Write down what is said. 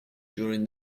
during